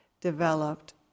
developed